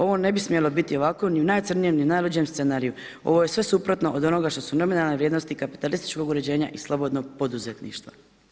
Ovo ne bi smjelo biti ovako ni u najcrnijem, ni najluđem scenariju, ovo je sve suprotno od onoga što su nominalne vrijednosti kapitalističkog uređenja i slobodnog poduzetništva.